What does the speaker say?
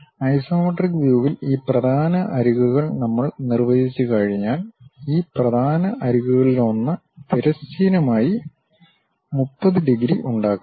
isometric വ്യൂവിൽ ഈ പ്രധാന അരികുകൾ നമ്മൾ നിർവചിച്ചുകഴിഞ്ഞാൽ ഈ പ്രധാന അരികുകളിലൊന്ന് തിരശ്ചീനമായി 30 ഡിഗ്രി ഉണ്ടാക്കുന്നു